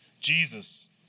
Jesus